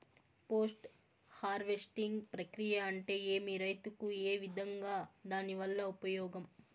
Post harvesting ప్రక్రియ అంటే ఏమి? రైతుకు ఏ విధంగా దాని వల్ల ఉపయోగం?